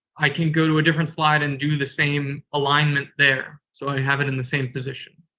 i can go to a different slide and do the same alignment there so i have it in the same position.